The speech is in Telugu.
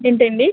ఏంటండి